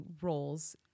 roles